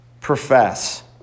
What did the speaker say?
profess